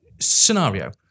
scenario